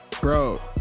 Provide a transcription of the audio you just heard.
bro